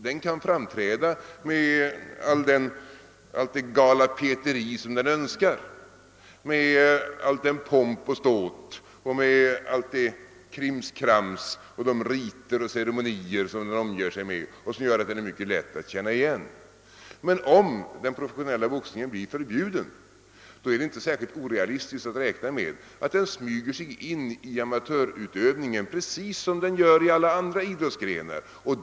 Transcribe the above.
Den professionella boxningen kan då framträda med allt det galapetteri som den önskar, med all den pomp och ståt och med allt det krimskrams och de riter och ceremonier som den omger sig med och som gör att den är mycket lätt att känna igen. Men om den professionella boxningen blir förbjuden, så är det inte särskilt orealistiskt att räkna med att den smyger sig in i amatörutövningen, precis som fallet är med professionalismen i alla andra idrottsgrenar.